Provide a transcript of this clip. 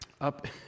up